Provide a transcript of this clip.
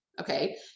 okay